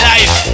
Life